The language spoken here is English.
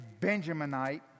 Benjaminite